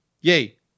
Yay